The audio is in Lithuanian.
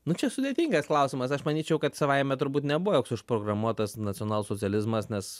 na čia sudėtingas klausimas aš manyčiau kad savaime turbūt nebuvo joks užprogramuotas nacionalsocializmas nes